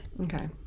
Okay